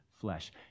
flesh